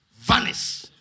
vanish